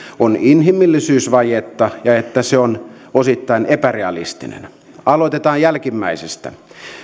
on inhimillisyysvajetta ja siihen että se on osittain epärealistinen aloitetaan jälkimmäisestä